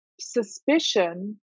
suspicion